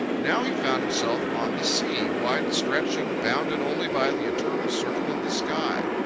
now he found himself on the sea, wide-stretching, bounded only by the eternal circle of the sky.